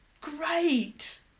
Great